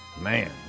man